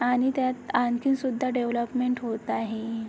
आणि त्यात आणखीसुद्धा डेवलपमेंट होत आहे